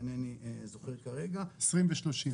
אינני זוכר כרגע --- 20 ו-30.